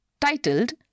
titled